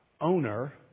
owner